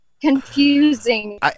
confusing